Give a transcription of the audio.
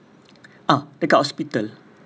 ah dekat hospital